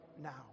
now